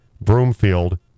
Broomfield